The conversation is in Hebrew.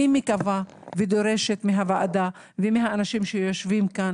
אני מקווה ודורשת מהוועדה ומהאנשים שיושבים כאן